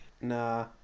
Nah